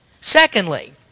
secondly